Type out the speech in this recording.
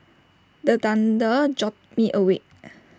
the thunder jolt me awake